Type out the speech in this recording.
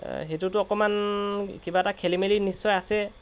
সেইটোতো অকণমান কিবা এটা খেলি মেলি নিশ্চয় আছে